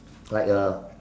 like a